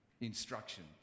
instruction